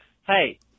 Hey